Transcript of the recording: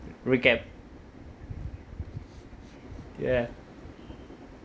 recap ya